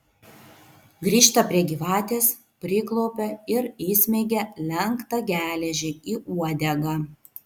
grįžta prie gyvatės priklaupia ir įsmeigia lenktą geležį į uodegą